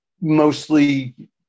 mostly